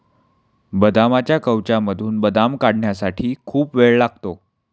बदामाच्या कवचामधून बदाम काढण्यासाठी खूप वेळ लागतो